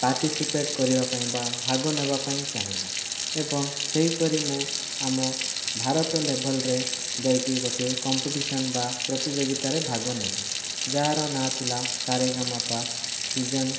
participate କରିବାପାଇଁ ବା ଭାଗ ନେବାପାଇଁ ଚାହିଁଲି ଏବଂ ସେହିପରି ମୁଁ ଆମ ଭାରତ ଲେବଲରେ ଯାଇକି ଗୋଟିଏ କମ୍ପିଟିସନ୍ ବା ପ୍ରତିଯୋଗିତାରେ ଭାଗ ନେଲି ଯାହାର ନାଁ ଥିଲା ସା ରେ ଗା ମା ପା ସିଜିନ୍